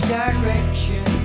direction